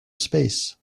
space